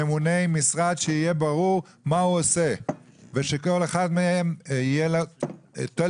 ממונה עם משרד שיהיה ברור מה הוא עושה ושלכל אחד מהם יהיה טלפון,